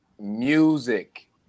Music